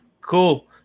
Cool